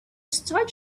start